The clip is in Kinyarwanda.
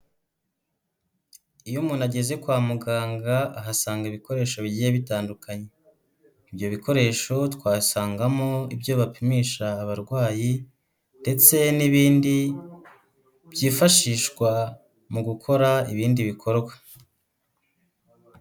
Iyo umuntu ageze kwa muganga ahasanga ibikoresho bigiye bitandukanye, ibyo bikoresho twasangamo ibyo bapimisha abarwayi ndetse n'ibindi byifashishwa mu gukora ibindi bikorwa.